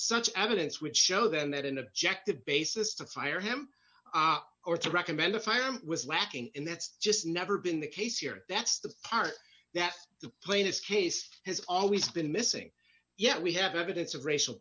such evidence which show they're not an objective basis to fire him or to recommend a firearm was lacking and that's just never been the case here that's the part that the plaintiff's case has always been missing yet we have evidence of racial